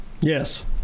yes